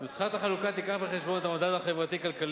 נוסחת החלוקה תביא בחשבון את המדד החברתי-כלכלי,